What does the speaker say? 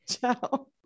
Ciao